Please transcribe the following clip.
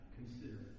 consider